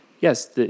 yes